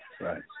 Right